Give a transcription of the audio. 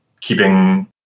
keeping